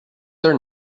their